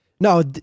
No